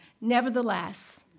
Nevertheless